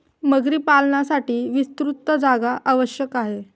मगरी पालनासाठी विस्तृत जागा आवश्यक आहे